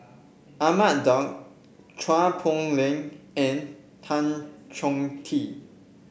Ahmad Daud Chua Poh Leng and Tan Chong Tee